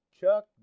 Chuck